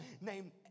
named